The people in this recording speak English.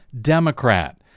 Democrat